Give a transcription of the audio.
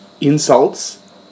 insults